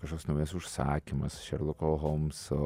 kažkoks naujas užsakymas šerloko holmso